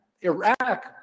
Iraq